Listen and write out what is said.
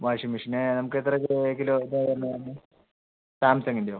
washing machine നമ്മക്ക് എത്ര kilo വേറെന്നാ പറഞ്ഞെ സാംസംഗിൻ്റയോ